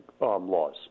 laws